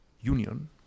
Union